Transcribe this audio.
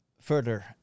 further